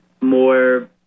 more